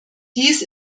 dies